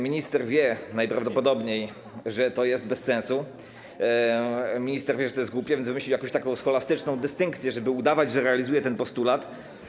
Minister najprawdopodobniej wie, że to jest bez sensu, minister wie, że to jest głupie, więc wymyślił jakąś taką scholastyczną dystynkcję, żeby udawać, że realizuje ten postulat.